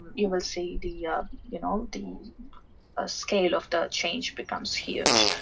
you will see the you know the ah scale of the change becomes huge